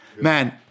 Man